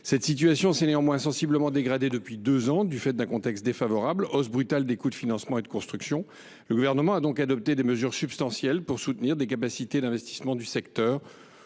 cette situation s’est sensiblement dégradée depuis deux ans du fait d’un contexte défavorable, marqué par la hausse brutale des coûts de financement et de construction. Le Gouvernement a donc adopté des mesures substantielles pour soutenir les capacités d’investissement du secteur.